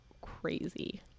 crazy